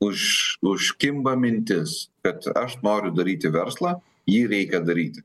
už užkimba mintis kad aš noriu daryti verslą jį reikia daryti